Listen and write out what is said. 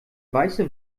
weiße